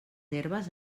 herbes